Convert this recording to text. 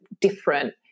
different